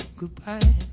goodbye